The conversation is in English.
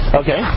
okay